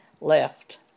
left